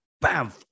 Bam